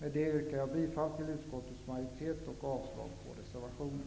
Jag yrkar bifall till utskottsmajoritetens förslag och avslag på reservationen.